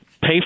pay